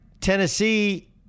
Tennessee